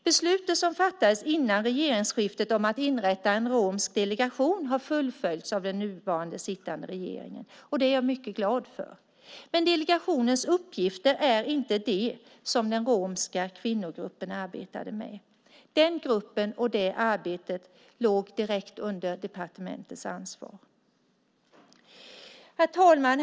Beslutet som fattades före regeringsskiftet om att inrätta en romsk delegation har fullföljts av den nuvarande regeringen, och det är jag mycket glad för, men delegationens uppgifter är inte de som den romska kvinnogruppen arbetade med. Den gruppen och det arbetet låg direkt under departementets ansvar. Herr talman!